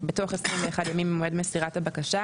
בתוך 21 ימים ממועד מסירת הבקשה,